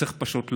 צריך פשוט לעשות.